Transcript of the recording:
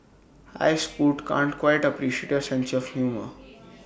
hi scoot can't quite appreciate your sense of humour